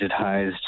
digitized